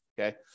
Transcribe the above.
Okay